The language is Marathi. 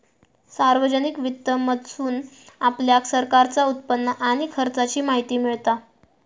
सार्वजनिक वित्त मधसून आपल्याक सरकारचा उत्पन्न आणि खर्चाची माहिती मिळता